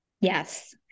Yes